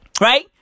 Right